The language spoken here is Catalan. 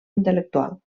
intel·lectual